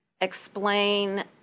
explain